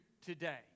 today